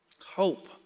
Hope